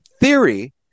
theory